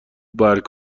برگ